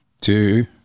two